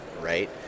right